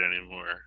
anymore